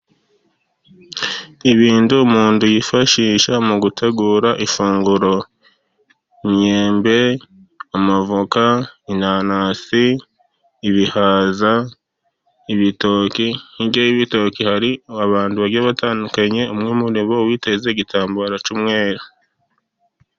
Ibintu umuntu yifashisha mu gutegura ifunguro imyembe, amavoka, inanasi, ibihaza, ibitoki, hirya y'ibitoki hari abantu bagiye batandukanye, umwe muri bo witeze igitambaro umwera.